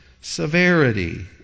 severity